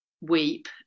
weep